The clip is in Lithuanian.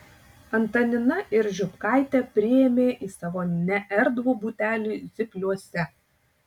antanina ir žiupkaitę priėmė į savo neerdvų butelį zypliuose